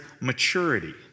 maturity